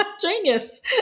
Genius